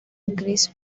increase